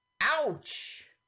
Ouch